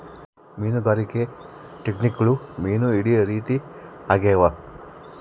ಮೀನುಗಾರಿಕೆ ಟೆಕ್ನಿಕ್ಗುಳು ಮೀನು ಹಿಡೇ ರೀತಿ ಆಗ್ಯಾವ